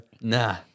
nah